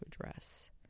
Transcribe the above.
address